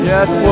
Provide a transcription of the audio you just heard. Yes